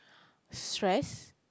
stress